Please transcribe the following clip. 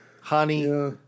honey